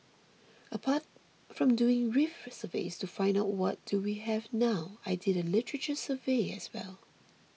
apart from doing reef surveys to find out what do we have now I did a literature survey as well